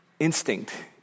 instinct